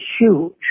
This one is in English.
huge